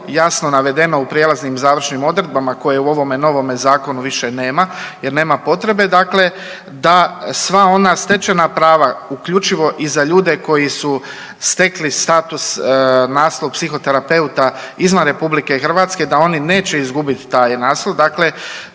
jasno navedeno u prijelaznim i završnim odredbama koje u ovome novome zakonu više nema jer nema potrebe dakle da sva ona stečena prava uključivo i za ljude koji su stekli status naslov psihoterapeuta izvan RH da oni neće izgubiti taj naslov bez